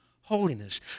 holiness